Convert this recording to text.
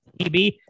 TB